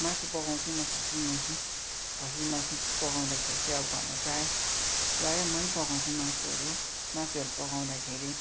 मासु पकाउँछु म खसीको मासु खसीको मासु पकाउँदाखेरि चाहिँ अब घरमा प्रायः प्रायः मै पकाउँछु मासुहरू मासुहरू पकाउँदाखेरि